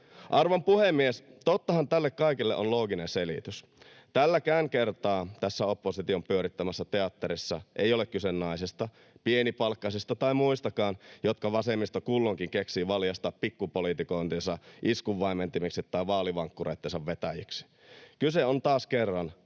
Arvon puhemies! Tottahan tälle kaikelle on looginen selitys. Tälläkään kertaa tässä opposition pyörittämässä teatterissa ei ole kyse naisista, pienipalkkaisista tai muistakaan, jotka vasemmisto kulloinkin keksii valjastaa pikkupolitikointinsa iskunvaimentimeksi tai vaalivankkureittensa vetäjiksi. [Lauri